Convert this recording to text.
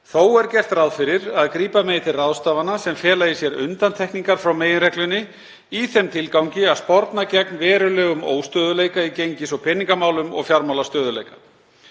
Þó er gert ráð fyrir að grípa megi til ráðstafana sem fela í sér undantekningar frá meginreglunni í þeim tilgangi að sporna gegn verulegum óstöðugleika í gengis- og peningamálum og fjármálastöðugleika.